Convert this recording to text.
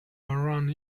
around